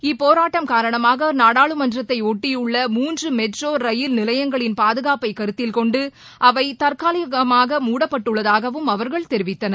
இப்போராட்டம் காரணமாக நாடாளுமன்றத்தை ஒட்டியுள்ள மூன்று மெட்ரோ ரயில் நிலையங்கள் பாதுகாப்பை கருத்தில் கொண்டு தற்காலிகமாக மூடப்பட்டுள்ளதாகவும் அவர்கள் தெரிவித்தனர்